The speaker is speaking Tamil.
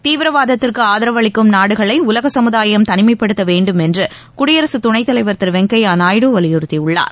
தீவிரவாதத்திற்கு ஆதரவு அளிக்கும் நாடுகளை தனிமைப்படுத்த வேண்டும் என்று குடியரசு துணைத்தலைவர் திரு வெங்கையா நாயுடு வலியுறுத்தியுள்ளார்